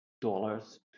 dollars